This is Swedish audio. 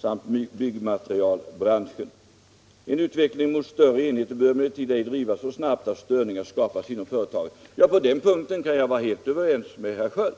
samt byggmaterialbranschen . En utveckling mot större enheter bör emellertid ej drivas så snabbt att störningar skapas inom företagen.” Inte minst på den där sista punkten kan jag vara helt överens med herr Sköld.